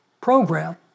program